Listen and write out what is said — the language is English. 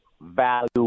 value